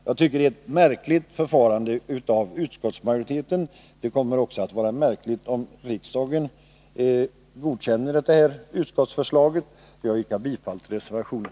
Jag tycker det är ett märkligt förfarande av utskottsmajoriteten. Det kommer också att vara märkligt om riksdagen godkänner utskottets förslag. Herr talman! Jag yrkar bifall till reservationen.